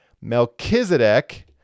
Melchizedek